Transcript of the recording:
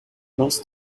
lost